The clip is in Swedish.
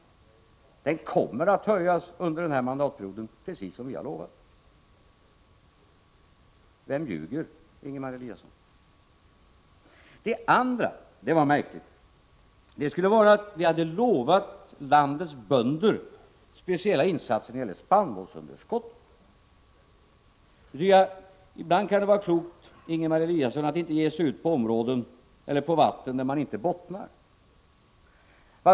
Delpensionen kommer att höjas under mandatperioden, precis som vi har lovat. Vem ljuger, Ingemar Eliasson? Ingemar Eliasson sade för det andra — det var märkligt — att vi skulle ha lovat landets bönder speciella insatser när det gäller spannmålsunderskottet. Ibland kan det vara klokt, Ingemar Eliasson, att inte ge sig ut på vatten där man inte bottnar.